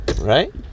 Right